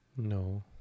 No